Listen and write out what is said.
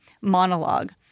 monologue